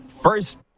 First